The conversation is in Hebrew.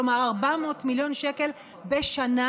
כלומר 400 מיליון שקל בשנה,